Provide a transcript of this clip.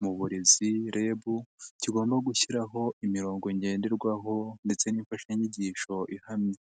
mu burezi REB, kigomba gushyiraho imirongo ngenderwaho ndetse n'imfashanyigisho ihamye.